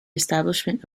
establishment